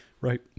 right